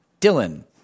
Dylan